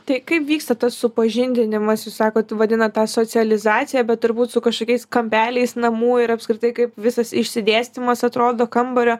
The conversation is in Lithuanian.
tai kaip vyksta tas supažindinimas jūs sakot vadinat tą socializacija bet turbūt su kažkokiais kampeliais namų ir apskritai kaip visas išsidėstymas atrodo kambario